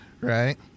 right